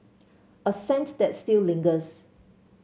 a scent that still lingers